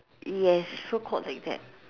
yes so called like that